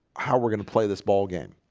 how we're gonna play this ball game